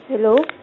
Hello